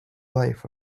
life